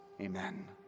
Amen